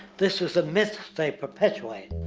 this is the myth they perpetuade.